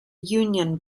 union